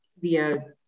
via